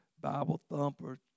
Bible-thumper